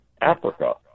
Africa